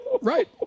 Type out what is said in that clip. right